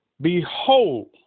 Behold